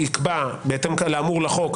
יקבע בהתאם לאמור בחוק,